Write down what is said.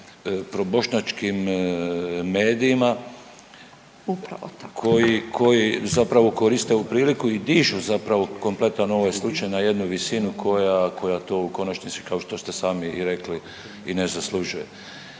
Upravo tako./… koji, koji zapravo koriste ovu priliku i dižu zapravo kompletan ovaj slučaj na jednu visinu koja, koja to u konačnici kao što ste sami i rekli i ne zaslužuje.